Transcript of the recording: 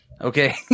Okay